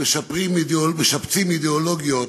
ומשפצים אידיאולוגיות,